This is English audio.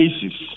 cases